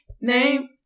Name